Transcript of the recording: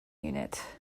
unit